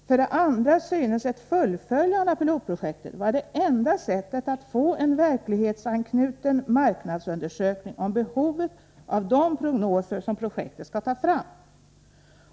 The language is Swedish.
För det andra synes ett fullföljande av pilotprojektet vara det enda sättet att få en verklighetsanknuten marknadsundersökning om behovet av de prognoser som projektet skall ta fram.